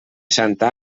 santa